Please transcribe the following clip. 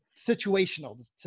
situational